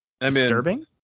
disturbing